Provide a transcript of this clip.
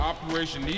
Operation